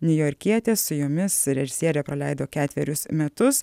niujorkietės su jomis režisierė praleido ketverius metus